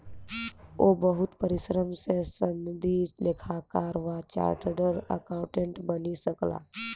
ओ बहुत परिश्रम सॅ सनदी लेखाकार वा चार्टर्ड अकाउंटेंट बनि सकला